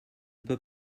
peux